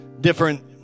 different